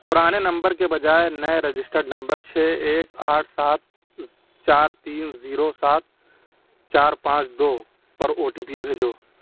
پرانے نمبر کے بجائے نئے رجسٹرڈ نمبر چھ ایک آٹھ سات چار تین زیرو سات چار پانچ دو پر او ٹی پی بھیجو